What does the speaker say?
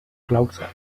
closer